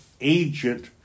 agent